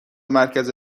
مرکز